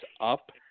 up